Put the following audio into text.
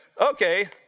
Okay